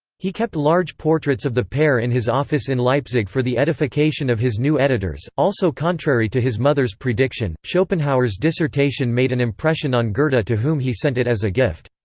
he kept large portraits of the pair in his office in leipzig for the edification of his new editors also contrary to his mother's prediction, schopenhauer's dissertation made an impression on goethe but to whom he sent it as a gift.